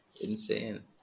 Insane